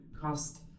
cost